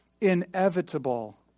inevitable